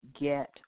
get